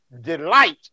delight